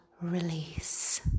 release